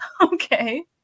okay